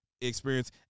experience